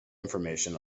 information